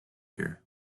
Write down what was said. here